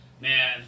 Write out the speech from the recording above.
man